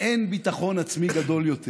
אין ביטחון עצמי גדול יותר